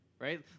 right